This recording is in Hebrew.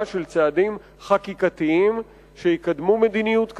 של צעדים חקיקתיים שיקדמו מדיניות כזאת,